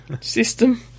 system